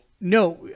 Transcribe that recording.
No